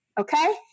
Okay